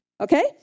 Okay